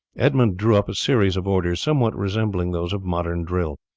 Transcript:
edmund drew up a series of orders somewhat resembling those of modern drill.